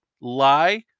lie